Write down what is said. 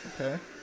Okay